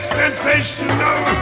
sensational